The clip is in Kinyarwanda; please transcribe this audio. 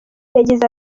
yagize